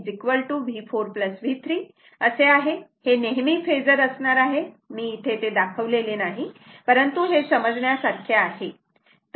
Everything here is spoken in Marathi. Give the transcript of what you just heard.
तेव्हा हे VV4 V3 असे आहे हे नेहमी फेजर असणार आहे मी इथे तो दाखवलेला नाही परंतु हे समजण्यासारखे आहे